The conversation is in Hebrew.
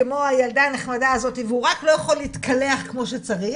כמו הילדה הנחמדה הזאתי והוא רק לא יכול להתקלח כמו שצריך,